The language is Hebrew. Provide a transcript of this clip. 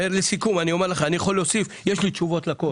לסיכום אני אומר לך שיש לי תשובות לכל.